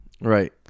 Right